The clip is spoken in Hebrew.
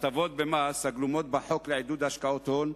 ההטבות במס הגלומות בחוק לעידוד השקעות הון,